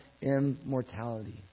immortality